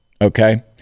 Okay